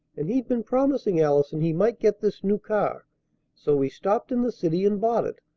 and he'd been promising allison he might get this new car so we stopped in the city and bought it,